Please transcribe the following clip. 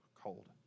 cold